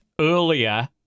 earlier